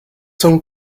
son